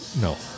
No